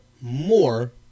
more